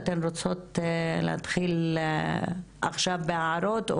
אתן רוצות להתחיל עכשיו בהערות?